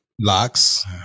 locks